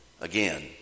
again